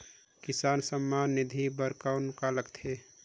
किसान सम्मान निधि बर कौन का लगथे?